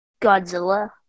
Godzilla